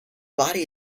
body